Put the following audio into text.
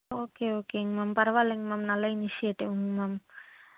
okay ஓகேங்க ma'am பரவாயில்லைங்க ma'am நல்ல இனிசியேட்டிவ்ங்க மேம்